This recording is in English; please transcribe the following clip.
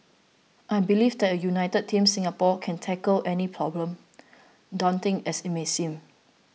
I believe that a united Team Singapore can tackle any problem daunting as it may seem